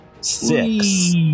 Six